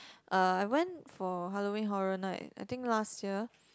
I went for Halloween Horror Night I think last year